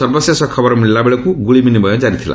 ସର୍ବଶେଷ ଖବର ମିଳିବା ବେଳକୁ ଗୁଳି ବିନିମୟ ଜାରି ଥିଲା